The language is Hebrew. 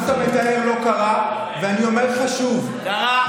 מה שאתה מתאר לא קרה, ואני אומר לך שוב, קרה.